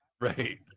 Right